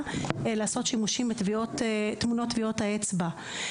לעשות שימושים בתמונות טביעות האצבע.